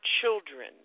children